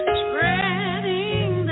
spreading